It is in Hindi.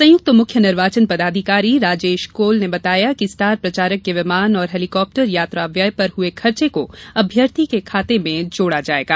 संयुक्त मुख्य निर्वाचन पदाधिकारी राजेश कोल ने बताया कि स्टार प्रचारक के विमान और हेलीकॉप्टर यात्रा व्यय पर हुए खर्चे को अभ्यर्थी के खाते में जोड़ा जायेगा